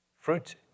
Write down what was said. Fruit